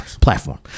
platform